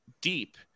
deep